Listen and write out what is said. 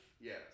Yes